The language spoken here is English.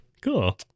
Cool